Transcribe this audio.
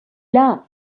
las